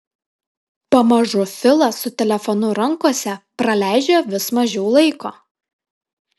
pamažu filas su telefonu rankose praleidžia vis mažiau laiko